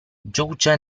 georgia